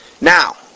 Now